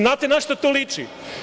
Znate na šta to liči?